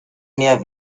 mehr